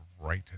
right